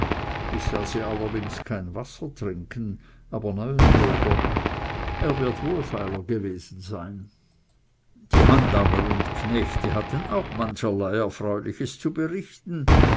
ich sah sie allerdings kein wasser trinken aber neuenburger er wird wohlfeiler gewesen sein als das wasser an selbem ort die handlanger und knechte hatten auch manches erfreuliche zu berichten